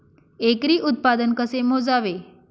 एकरी उत्पादन कसे मोजावे?